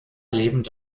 lebend